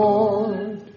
Lord